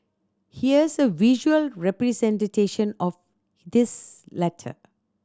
here's a visual representation of this letter